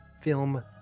film